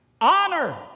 honor